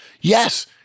yes